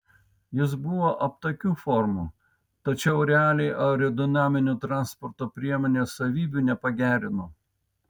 jis buvo aptakių formų tačiau realiai aerodinaminių transporto priemonės savybių nepagerino